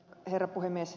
herra puhemies